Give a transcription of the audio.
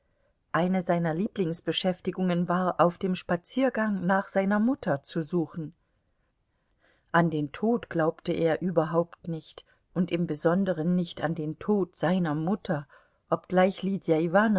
eine seiner lieblingsbeschäftigungen war auf dem spaziergang nach seiner mutter zu suchen an den tod glaubte er überhaupt nicht und im besonderen nicht an den tod seiner mutter obgleich lydia